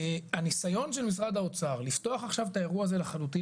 אבל הניסיון של משרד האוצר לפתוח עכשיו את האירוע הזה לחלוטין,